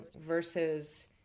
versus